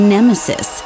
Nemesis